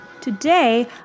Today